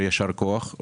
יישר כוח.